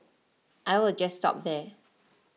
I will just stop there